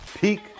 peak